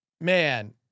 man